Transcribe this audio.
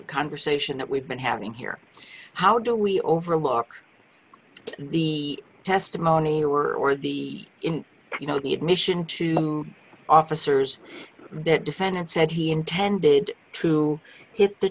conversation that we've been having here how do we overlook the testimony or the you know the admission to the officers that defendant said he intended to hit the